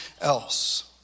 else